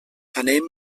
anem